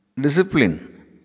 Discipline